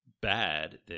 Bad